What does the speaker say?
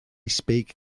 speak